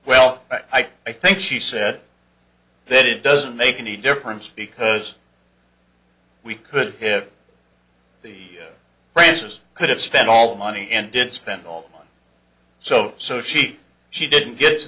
well i think she said that it doesn't make any difference because we could have the branches could have spent all that money and didn't spend all that money so so she she didn't get to